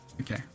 Okay